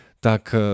Tak